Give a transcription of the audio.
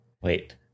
Wait